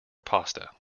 pasta